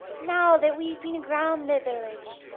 now that we've been round the village,